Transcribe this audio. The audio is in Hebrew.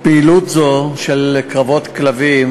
פעילות זו של קרבות כלבים,